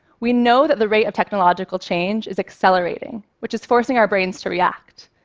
we know that the rate of technological change is accelerating, which is forcing our brains to react.